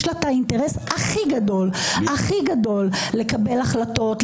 יש לה האינטרס הכי גדול לקבל החלטות,